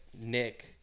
Nick